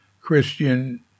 Christian